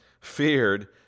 feared